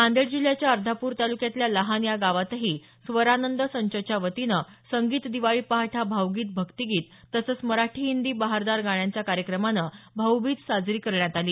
नांदेड जिल्ह्याच्या अर्धापूर तालुक्यातल्या लहान या गावातही स्वरानंद संचच्या वतीनं संगीत दिवाळी पहाट हा भावगीत भक्तीगीत तसंच मराठी हिंदी बहारदार गाण्यांच्या कार्यक्रमानं भाऊबीज साजरी करण्यात आली